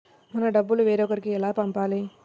మన డబ్బులు వేరొకరికి ఎలా పంపాలి?